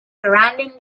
surrounding